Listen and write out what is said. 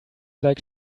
like